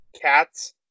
cats